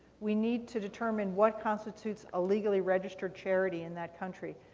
we need to determine what constitutes a legally registered charity in that country.